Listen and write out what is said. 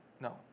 No